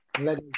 Let